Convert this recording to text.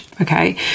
Okay